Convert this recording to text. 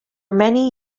many